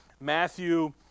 Matthew